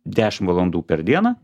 dešimt valandų per dieną